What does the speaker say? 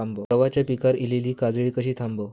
गव्हाच्या पिकार इलीली काजळी कशी थांबव?